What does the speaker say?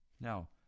Now